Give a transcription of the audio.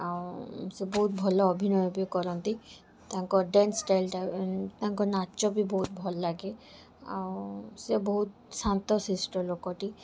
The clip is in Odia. ଆଉ ସେ ବହୁତ ଭଲ ଅଭିନୟ ବି କରନ୍ତି ତାଙ୍କ ଡ୍ୟାନ୍ସ ଷ୍ଟାଇଲଟା ତାଙ୍କ ନାଚ ବି ବହୁତ ଭଲ ଲାଗେ ଆଉ ସିଏ ବହୁତ ଶାନ୍ତ ଶିଷ୍ଟ ଲୋକଟି